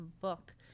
book